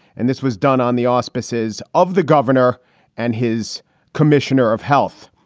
and this was done on the auspices of the governor and his commissioner of health.